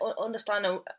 understand